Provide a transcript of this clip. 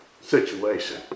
situation